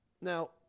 Now